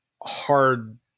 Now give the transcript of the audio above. hard